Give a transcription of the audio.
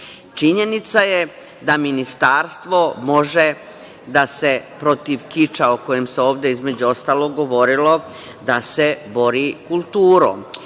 Činjenica je da Ministarstvo može da se protiv kiča o kojem se ovde, između ostalog, govorilo, da se bori kulturom.